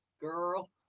Girl